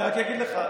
אני רק אגיד לך,